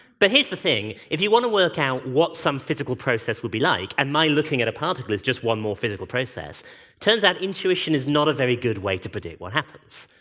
but here's the thing, if you want to work out what some physical process would be like, and my looking at a particle is just one more physical process, it turns out intuition is not a very good way to predict what happens.